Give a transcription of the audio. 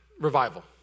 revival